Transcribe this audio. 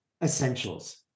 essentials